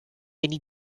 need